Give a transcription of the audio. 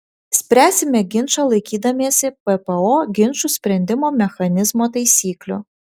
spręsime ginčą laikydamiesi ppo ginčų sprendimo mechanizmo taisyklių